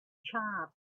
charred